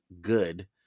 good